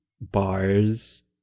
bars